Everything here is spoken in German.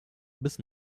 bis